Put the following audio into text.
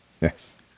Yes